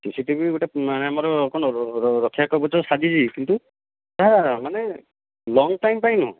CC TV ଗୋଟେ ଆମର ଘର ରକ୍ଷା କବଚ ସାଜି ଯାଇଛି କିନ୍ତୁ ସେହିଟା ମାନେ ଲଙ୍ଗ ଟାଇମ ପାଇଁ ନୁହଁ